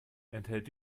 enthält